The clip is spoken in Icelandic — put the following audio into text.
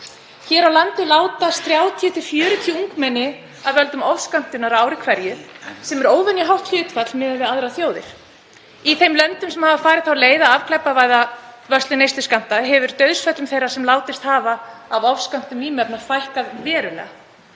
Hér á landi látast 30–40 ungmenni af völdum ofskömmtunar á ári hverju sem er óvenjuhátt hlutfall miðað við aðrar þjóðir. Í þeim löndum sem hafa farið þá leið að afglæpavæða vörslu neysluskammta hefur dauðsföllum þeirra sem látist hafa af ofskömmtun vímuefna fækkað verulega